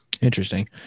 Interesting